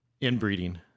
Inbreeding